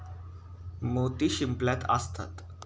मोती शिंपल्यात असतात